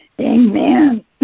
Amen